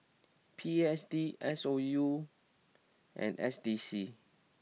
P S D S O U and S D C